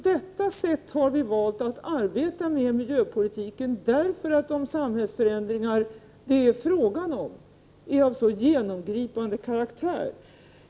Detta sätt har vi valt för att arbeta med miljöpolitiken därför att de samhällsförändringar det är fråga om är av så genomgripande karaktär.